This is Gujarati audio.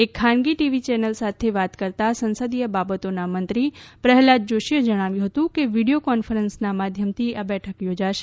એક ખાનગી ટી વી ચેનલ સાથે વાત કરતાં સંસદીય બાબતોના મંત્રી પ્રહલાદ જોશીએ જણાવ્યુ હતું કે વિડીયો કોન્સફરન્સના માધ્યમથી આ બેઠક યોજાશે